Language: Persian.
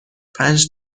پنج